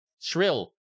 Shrill